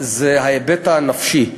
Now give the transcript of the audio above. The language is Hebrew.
זה ההיבט הנפשי.